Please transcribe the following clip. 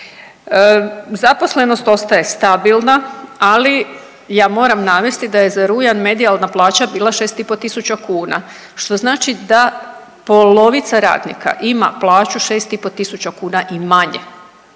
Zaposlenost ostaje stabilna, ali ja moram navesti da je za rujan medijalna plaća bila 6,5 tisuća kuna, što znači da polovica radnika ima plaću 6,5 tisuća kuna i manje,